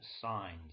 signs